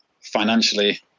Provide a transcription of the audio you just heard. Financially